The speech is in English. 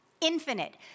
infinite